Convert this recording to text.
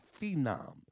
phenom